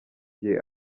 gihe